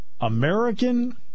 American